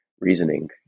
reasoning